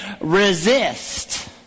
Resist